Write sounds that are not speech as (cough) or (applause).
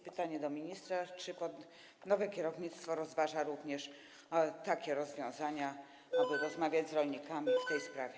Pytanie do ministra: Czy nowe kierownictwo rozważa również takie rozwiązania, (noise) aby rozmawiać z rolnikami w tej sprawie?